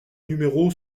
numéro